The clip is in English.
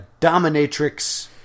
dominatrix